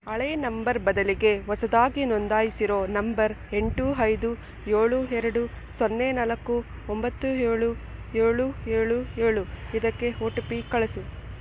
ಹಳೆ ನಂಬರ್ ಬದಲಿಗೆ ಹೊಸದಾಗಿ ನೋಂದಾಯಿಸಿರೋ ನಂಬರ್ ಎಂಟು ಐದು ಏಳು ಎರಡು ಸೊನ್ನೆ ನಾಲ್ಕು ಒಂಬತ್ತು ಏಳು ಏಳು ಏಳು ಏಳು ಇದಕ್ಕೆ ಹೊ ಟಿ ಪಿ ಕಳಿಸು